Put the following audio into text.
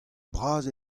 bras